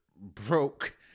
broke